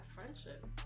friendship